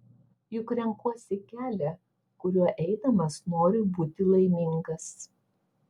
juk renkuosi kelią kuriuo eidamas noriu būti laimingas